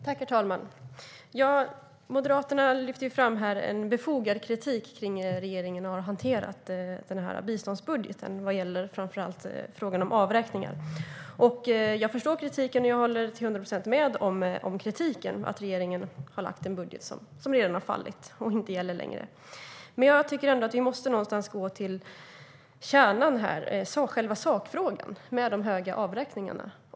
Herr talman! Moderaterna lyfter fram en befogad kritik kring hur regeringen har hanterat biståndsbudgeten - det gäller framför allt frågan om avräkningar. Jag förstår kritiken. Jag håller till 100 procent med om kritiken. Regeringen har lagt fram en budget som redan har fallit; den gäller inte längre. Men jag tycker att vi också måste gå till kärnan, själva sakfrågan, som handlar om de höga avräkningarna.